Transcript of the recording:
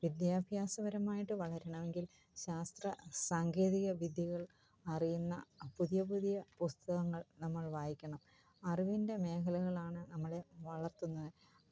വിദ്യാഭ്യാസപരമായിട്ട് വളരണമെങ്കിൽ ശാസ്ത്രസാങ്കേതികവിദ്യകൾ അറിയുന്ന പുതിയ പുതിയ പുസ്തകങ്ങൾ നമ്മൾ വായിക്കണം അറിവിൻ്റെ മേഖലകളാണ് നമ്മളെ വളർത്തുന്നത്